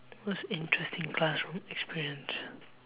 most interesting classroom experience